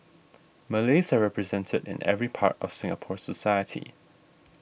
Malays are represented in every part of Singapore society